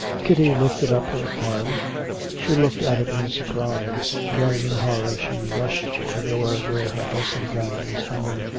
kitty lifted up her arm she looked at it in surprise then in horror she rushed to the door where her dressing-gown was hanging,